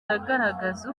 agaragaza